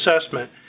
assessment